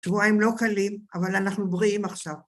שבועיים לא קלים, אבל אנחנו בריאים עכשיו.